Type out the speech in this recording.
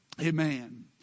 Amen